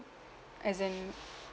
as in